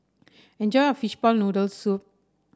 enjoy your Fishball Noodle Soup